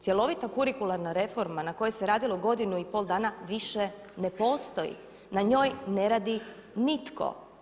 Cjelovita kurikularna reforma na kojoj se radilo godinu i pol dana više ne postoji, na njoj ne radi nitko.